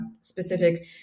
specific